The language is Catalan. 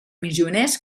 missioners